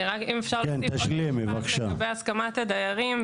אם אפשר להשלים עוד משפט לגבי הסכמת הדיירים,